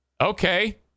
Okay